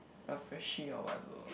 a Freshy or what though